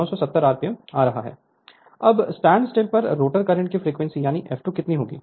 Refer Slide Time 0749 अब standstill पर rotor current की फ्रीक्वेंसी यानी f2 कितनी होगी